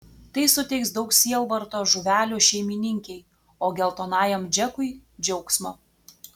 tai suteiks daug sielvarto žuvelių šeimininkei o geltonajam džekui džiaugsmo